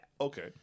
Okay